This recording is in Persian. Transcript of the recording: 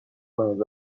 کنید